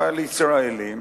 אבל ישראלים